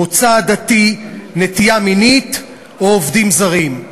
מוצא עדתי, נטייה מינית או עובדים זרים.